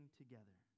together